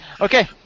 Okay